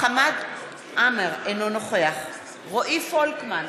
חמד עמאר, אינו נוכח רועי פולקמן,